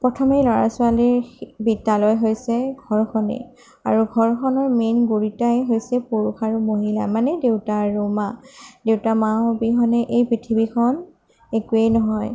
প্ৰথমে ল'ৰা ছোৱালীৰ শি বিদ্যালয় হৈছে ঘৰখনেই আৰু ঘৰখনৰ মেইন গুৰিটাই হৈছে পুৰুষ আৰু মহিলা মানে দেউতা আৰু মা দেউতা মা অবিহনে এই পৃথিৱীখন একোৱেই নহয়